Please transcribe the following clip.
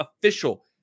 official